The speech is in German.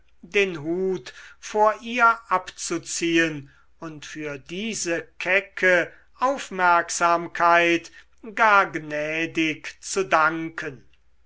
den hut vor ihr abzuziehen und für diese kecke aufmerksamkeit gar gnädig zu danken